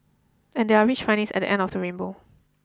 and there are rich findings at the end of the rainbow